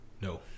No